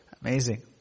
amazing